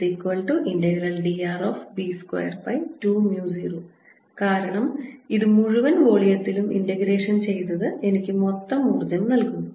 ABdr B220 കാരണം ഇത് മുഴുവൻ വോളിയത്തിലും ഇൻ്റഗ്രേഷൻ ചെയ്തത് എനിക്ക് മൊത്തം ഊർജ്ജം നൽകുന്നു